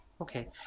Okay